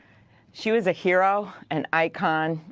she was a hero, an icon,